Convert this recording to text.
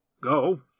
Go